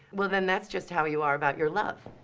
well then, that's just how you are about your love.